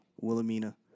Wilhelmina